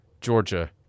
Georgia